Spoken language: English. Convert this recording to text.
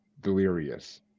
delirious